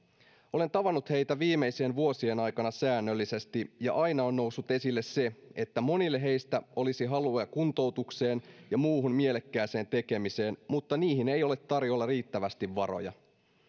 olen tavannut heitä viimeisien vuosien aikana säännöllisesti ja aina on noussut esille se että monilla heistä olisi halua kuntoutukseen ja muuhun mielekkääseen tekemiseen mutta niihin ei ole tarjolla riittävästi varoja